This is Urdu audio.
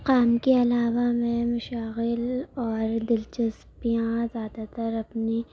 کام کے علاوہ میں مشاغل اور دلچسپیاں زیادہ تر اپنی